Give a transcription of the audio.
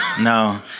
No